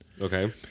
Okay